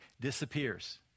disappears